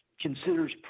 considers